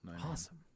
Awesome